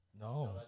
No